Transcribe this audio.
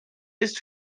ist